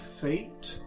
fate